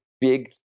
big